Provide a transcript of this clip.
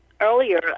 earlier